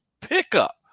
pickup